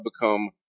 become